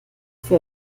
für